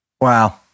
Wow